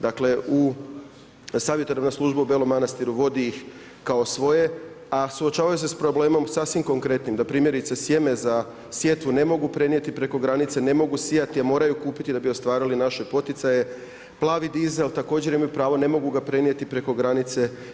Dakle, u savjetodavnoj službi u Belom Manastiru, vodi ih kao svoje, a suočavaju se s problemom sasvim konkretnim, da primjerice sjeme za sjetvu, ne mogu prenijeti preko granice, ne mogu sijati, a moraju kupiti da bi ostvarili naše poticaje, plavi dizel, također imaju pravo, ne mogu ga prenijeti preko granice.